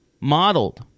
Modeled